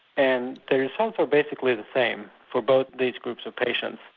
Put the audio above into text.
and the results are basically the same for both these groups of patients.